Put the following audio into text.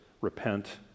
Repent